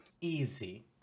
Easy